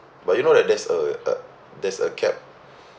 but you know that there's a a there's a cap